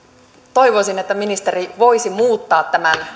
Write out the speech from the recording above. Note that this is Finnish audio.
toivoisin että ministeri voisi muuttaa tämän